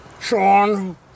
sean